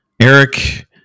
Eric